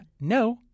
No